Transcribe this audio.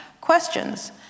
questions